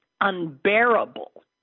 unbearable